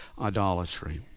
idolatry